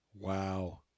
Wow